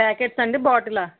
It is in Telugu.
ప్యాకెట్సా అండి బాటిలా